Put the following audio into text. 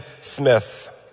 smith